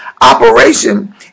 operation